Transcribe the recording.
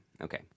okay